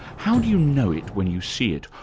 how do you know it when you see it,